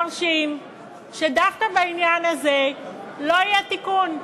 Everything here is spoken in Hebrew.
מרשה שדווקא בעניין הזה לא יהיה תיקון.